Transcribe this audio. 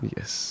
Yes